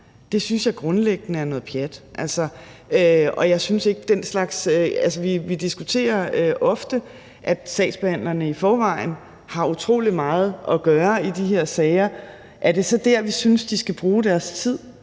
skal bidrage, grundlæggende er noget pjat. Vi diskuterer ofte, at sagsbehandlerne i forvejen har utrolig meget at gøre i de her sager. Er det så der, vi synes de skal bruge deres tid,